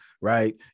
right